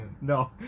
No